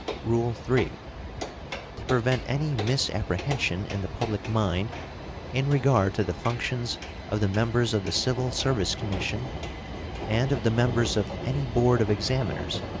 rule three to prevent any misapprehension in the public mind in regard to the functions of the members of the civil service commission and of the members of any board of examiners,